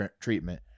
treatment